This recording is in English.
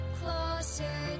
closer